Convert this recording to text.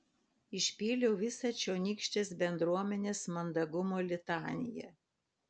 išpyliau visą čionykštės bendruomenės mandagumo litaniją